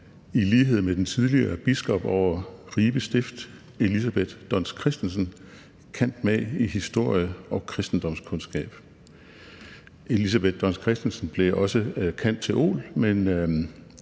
i lighed med den tidligere biskop over Ribe Stift Elisabeth Dons Christensen cand.mag. i historie og kristendomskundskab. Elisabeth Dons Christensen blev også cand theol.,